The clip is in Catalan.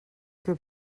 que